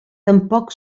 tampoc